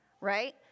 right